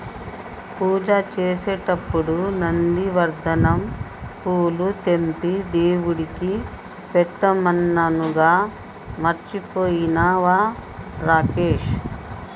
పూజ చేసేటప్పుడు నందివర్ధనం పూలు తెంపి దేవుడికి పెట్టమన్నానుగా మర్చిపోయినవా రాకేష్